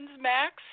Max